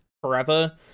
forever